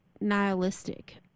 nihilistic